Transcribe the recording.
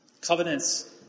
Covenants